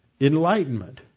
enlightenment